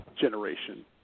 generation